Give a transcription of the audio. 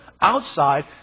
outside